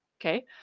Okay